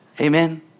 Amen